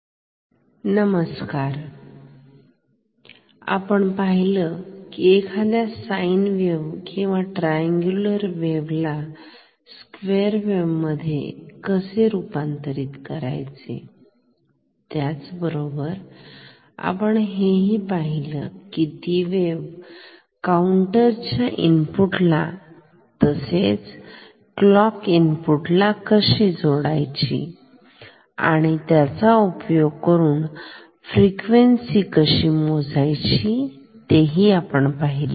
Smith trigger नमस्कार आपण पाहिलं की एखाद्या साईंन वेव्ह किंवा ट्राईनगुलर वेव्ह ला स्क्वेअर वेव्ह मध्ये कसे रूपांतरित करायचं त्याचबरोबर आपण हे ही पाहिले की ती वेव्ह काऊंटरच्या इनपुटला तसेच क्लॉक इनपुटला कशी जोडायची आणि त्याचा उपयोग करून फ्रिक्वेन्सी कशी मोजायची ते आपण पाहिले